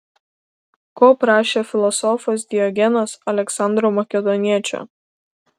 ko prašė filosofas diogenas aleksandro makedoniečio